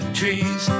trees